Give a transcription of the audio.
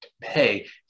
pay